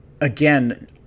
again